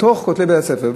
בתוך בתי-הספר.